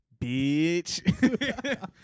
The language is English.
bitch